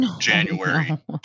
January